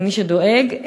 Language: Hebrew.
למי שדואג,